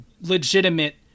legitimate